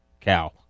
Cow